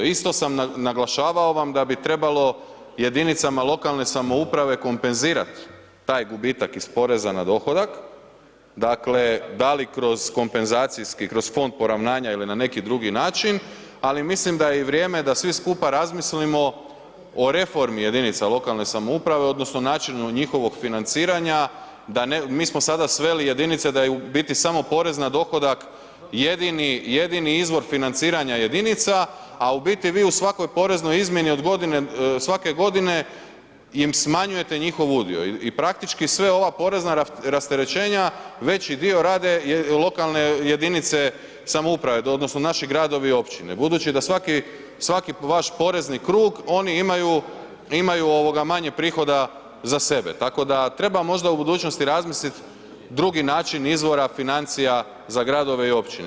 Isto sam naglašavao vam da bi trebalo jedinicama lokalne samouprave kompenzirat taj gubitak iz poreza na dohodak, dakle da li kroz kompenzacijski, kroz fond poravnanja ili na neki drugi način, ali mislim da je i vrijeme da svi skupa razmislimo o reformi jedinica lokalne samouprave odnosno načinu njihovog financiranja da ne, mi smo sada sveli jedinice da je u biti samo porez na dohodak jedini, jedini izvor financiranja jedinica, a u biti vi u svakoj poreznoj izmjeni od godine, svake godine im smanjujete njihov udio i praktički sve ova porezna rasterećenja veći dio rade lokalne jedinice samouprave odnosno naši gradovi i općine budući da svaki, svaki vaš porezni krug oni imaju, imaju ovoga manje prihoda za sebe, tako da treba možda u budućnosti razmislit drugi način izvora financija za gradove i općine.